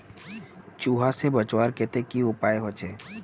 चूहा से बचवार केते की उपाय होचे?